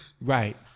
Right